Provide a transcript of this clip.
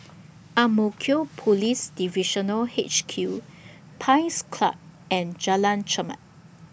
Ang Mo Kio Police Divisional H Q Pines Club and Jalan Chermat